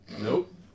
Nope